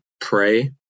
pray